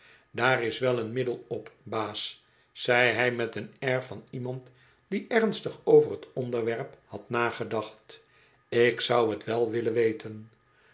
daar is wel een middel op baas zei hij met een air van iemand die ernstig over t onderwerp had nagedacht ik zou t wel willen weten